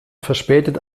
verspätet